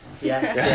Yes